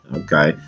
okay